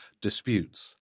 disputes